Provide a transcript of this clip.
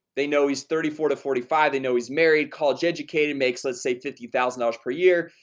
they know he's thirty four to forty five they know he's married college-educated makes let's say fifty thousand dollars per year.